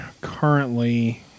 currently